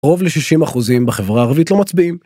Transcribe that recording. קרוב ל-60% בחברה הערבית לא מצביעים.